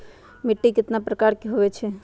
मिट्टी कतना प्रकार के होवैछे?